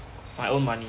my own money